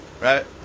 right